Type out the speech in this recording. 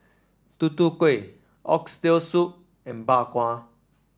Tutu Kueh Oxtail Soup and Bak Kwa